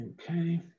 Okay